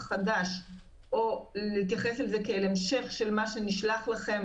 חדש או להתייחס אליו כהמשך למה שנשלח אליכם